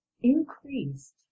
increased